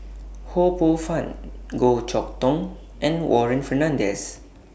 Ho Poh Fun Goh Chok Tong and Warren Fernandez